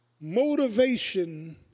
Motivation